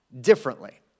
differently